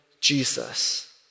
Jesus